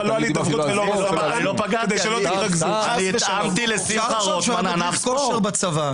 אני התאמתי לשמחה רוטמן ענף ספורט.